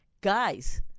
Guys